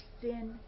sin